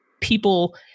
people